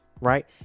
right